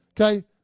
Okay